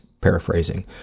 paraphrasing